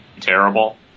terrible